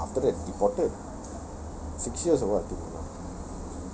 kena long after that deported six years or what I think